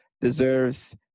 deserves